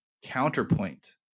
counterpoint